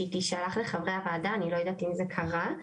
שהיא תישלח לחברי הוועדה, אני לא יודעת אם זה קרה.